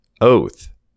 Oath